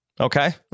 Okay